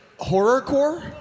horrorcore